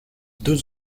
deux